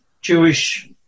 Jewish